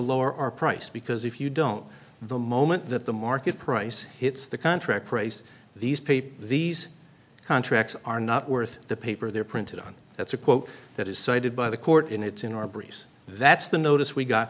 lower our price because if you don't the moment that the market price hits the contract praise these people these contracts are not worth the paper they're printed on that's a quote that is cited by the court and it's in our breeze that's the notice we got